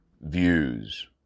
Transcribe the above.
Views